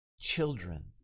children